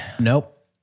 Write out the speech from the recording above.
nope